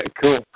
Cool